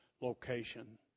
location